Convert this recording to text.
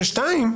ודבר שני,